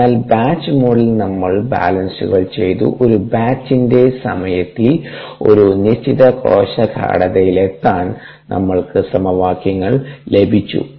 അതിനാൽ ബാച്ച് മോഡിൽ നമ്മൾ ബാലൻസുകൾ ചെയ്തു ഒരു ബാച്ചിന്റെ സമയത്തിൽ ഒരു നിശ്ചിത കോശ ഗാഢതയിലെത്താൻ നമ്മൾക്ക് സമവാക്യങ്ങൾ ലഭിച്ചു